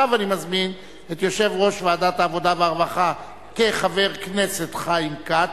ועכשיו אני מזמין את יושב-ראש ועדת העבודה והרווחה כחבר הכנסת חיים כץ,